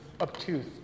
obtuse